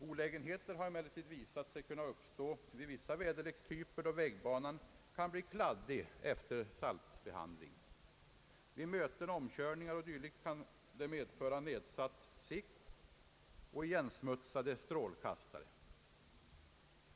Olägenheter har emellertid visat sig kunna uppstå vid vissa väderlekstyper då vägbanan kan bli kladdig efter saltbehandling. Vid möten, omkörningar o. d. kan detta medföra nedsatt sikt och igensmutsade strålkastare.